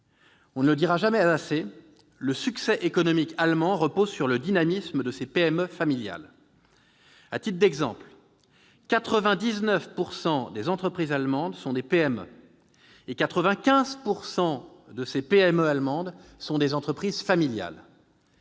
On ne le dira jamais assez, le succès économique allemand repose sur le dynamisme de ses PME familiales. À titre d'exemple, 99 % des entreprises allemandes sont des PME et 95 % d'entre elles sont des entreprises familiales.